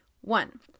One